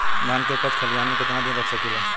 धान के उपज खलिहान मे कितना दिन रख सकि ला?